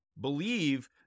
believe